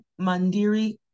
Mandiri